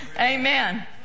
Amen